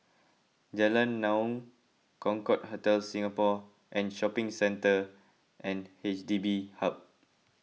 Jalan Naung Concorde Hotel Singapore and Shopping Centre and H D B Hub